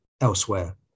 elsewhere